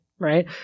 right